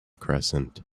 crescent